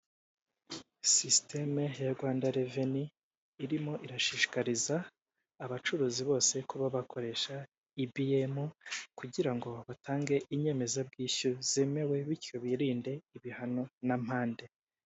Sisiteme ya Rwanda reveni, irimo irashishikariza abacuruzi bose kuba bakoresha ibiyemu, kugira ngo babe batange inyemezabwishyu zemewe, bityo birinde ibihano n'amande.